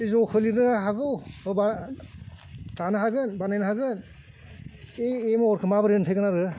बे जखौ लेरनो हागौ नङाबा थानो हागोन बानायनो हागोन ए ए महरखौ माबोरै मोनफैगोन आरो